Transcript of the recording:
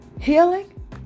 Healing